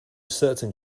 certain